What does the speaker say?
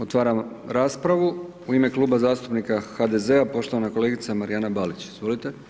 Otvaram raspravu u ime Kluba zastupnika HDZ-a poštovana kolegica Marijana Balić, izvolite.